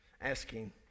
asking